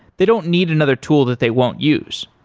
they don't need another tool that they won't use.